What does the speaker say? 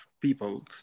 people